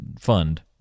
fund